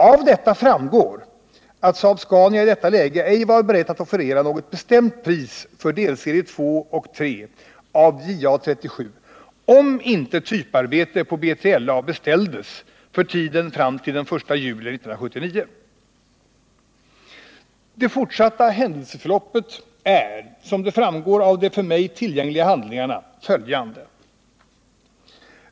Av detta framgår att Saab Scania i detta läge ej var berett att offerera något bestämt pris för delserie 2 och 3 av JA 37 om inte typarbete på B3LA beställdes för tiden fram till den 1 juli 1979. Det fortsatta händelseförloppet är, som det framgår av de för mig tillgängliga handlingarna, följande.